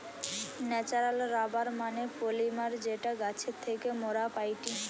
natural rubber মানে polymer যেটা গাছের থেকে মোরা পাইটি